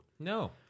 No